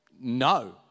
no